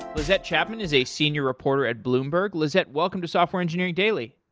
lizette chapman is a senior reporter at bloomberg. lizette, welcome to software engineering daily.